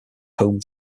home